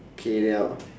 K then I'll